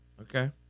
Okay